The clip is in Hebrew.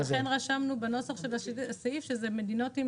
לכן רשמנו בנוסח של הסעיף שזה מדינות עם